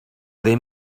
they